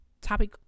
topic